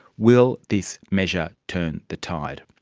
will this measure turn the tide?